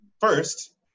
first